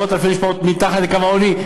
מאות אלפי משפחות מתחת לקו העוני,